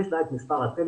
יש לה את מספר הטלפון.